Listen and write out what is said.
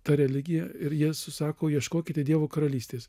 tą religiją ir jis sako ieškokite dievo karalystės